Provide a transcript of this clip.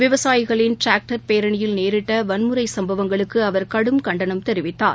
விவசாயிகளின் டிராக்டர் பேரனியில் நேரிட்டவன்முறைசம்பவங்களுக்குஅவர் கடும் கண்டனம் தெரிவித்தார்